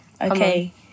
Okay